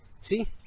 See